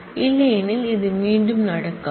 இல்லையெனில் இது மீண்டும் நடக்காது